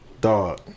Dog